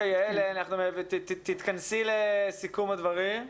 יעל, תתכנסי לסיכום הדברים.